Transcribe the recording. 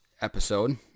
episode